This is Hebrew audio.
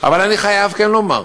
אבל אני חייב כן לומר,